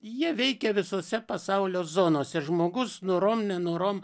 jie veikia visose pasaulio zonose žmogus norom nenorom